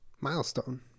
milestone